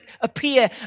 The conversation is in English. appear